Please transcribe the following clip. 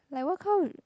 like what kind